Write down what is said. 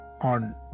on